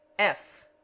f